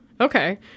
Okay